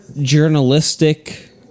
journalistic